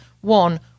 one